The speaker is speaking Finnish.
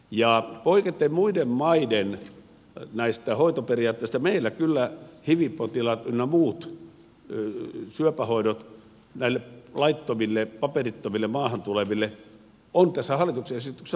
ja poiketen muiden maiden näistä hoitoperiaatteista meillä kyllä hiv potilaat ynnä muut syöpähoidot näille laittomille paperittomille maahan tuleville ovat tässä hallituksen esityksessä mukana